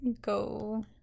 go